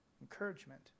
Encouragement